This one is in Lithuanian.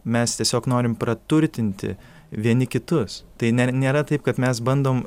mes tiesiog norim praturtinti vieni kitus tai ne nėra taip kad mes bandom